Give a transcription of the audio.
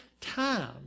time